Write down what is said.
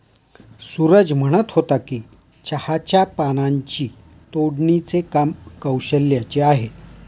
सूरज म्हणत होता की चहाच्या पानांची तोडणीचे काम कौशल्याचे आहे